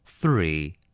three